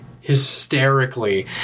hysterically